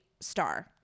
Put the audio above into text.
star